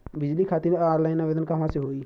बिजली खातिर ऑनलाइन आवेदन कहवा से होयी?